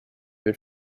been